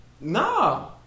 Nah